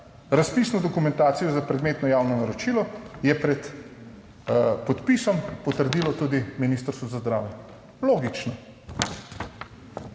Razpisno dokumentacijo za predmetno javno naročilo je pred podpisom potrdilo tudi Ministrstvo za zdravje. Logično.